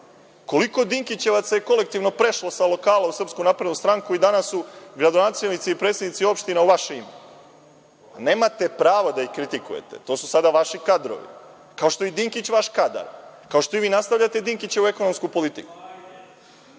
Koliko Dinkićevaca je kolektivno prešlo sa lokala u SNS i danas su gradonačelnici i predsednici opština u vaše ime? Nemate prava da ih kritikujete. To su sada vaši kadrovi, kao što je i Dinkić vaš kadar, kao što i vi nastavljate Dinkićevu ekonomsku politiku. Recite